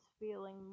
feeling